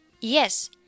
yes